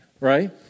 right